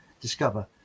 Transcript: discover